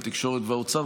התקשורת והאוצר.